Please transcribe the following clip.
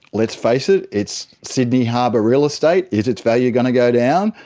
let's face it, it's sydney harbor real estate. is its value going to go down?